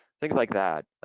things like that.